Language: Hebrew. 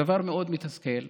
הדבר מאוד מתסכל.